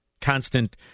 constant